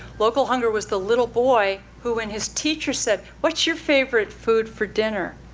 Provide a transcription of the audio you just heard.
local hunger was the little boy who, when his teacher said, what's your favorite food for dinner,